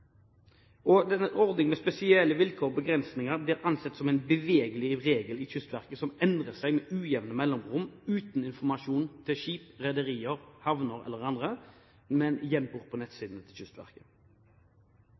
Ordningen med «Spesielle vilkår og begrensninger» blir ansett som en bevegelig regel i Kystverket som endrer seg med ujevne mellomrom uten informasjon til skip, rederier, havner eller andre, men gjemt bort på